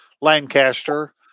Lancaster